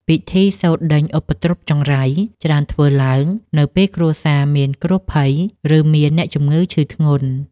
ពិធីសូត្រដេញឧបទ្រពចង្រៃ ច្រើនធ្វើឡើងនៅពេលគ្រួសារមានគ្រោះភ័យ ឬមានអ្នកជំងឺឈឺធ្ងន់។